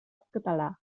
softcatalà